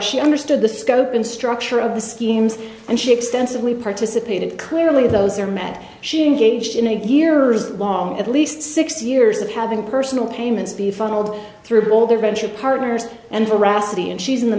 she understood the scope and structure of the schemes and she extensively participated clearly those are met she engaged in a year or as long at least six years of having personal payments be funneled through all their venture partners and voracity and she's in the